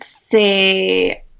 say